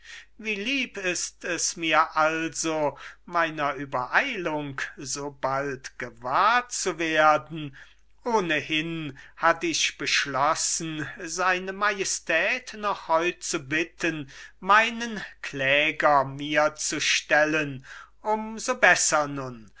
wie lieb ist es mir also meiner übereilung so bald gewahrzuwerden ohnehin hatt ich beschlossen seine majestät noch heut zu bitten meinen kläger mir zu stellen um so besser nun